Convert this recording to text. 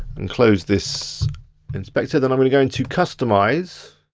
and close this inspector, then i'm gonna go into customise.